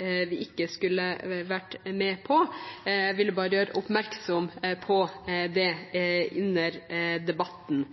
vi ikke skulle vært med på. Jeg vil bare gjøre oppmerksom på det under debatten.